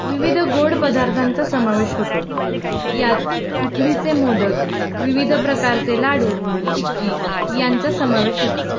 विविध गोड पदार्थांचा समावेश होतो यात उकडीचे मोदक विविध प्रकारचे लाडू चिक्की यांचा समावेश असतो